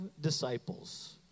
disciples